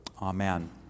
Amen